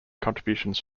contributions